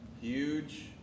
Huge